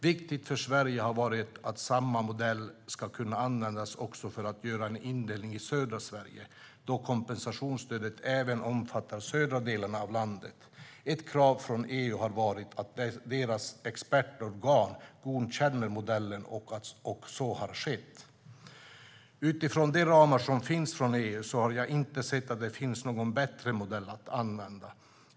Viktigt för Sverige har varit att samma modell ska kunna användas också för att göra en indelning i södra Sverige då kompensationsstödet även omfattar södra delarna av landet. Ett krav från EU har varit att deras expertorgan godkänner modellen, och så har skett. Utifrån de ramar som finns från EU har jag inte sett att det finns någon bättre modell att använda.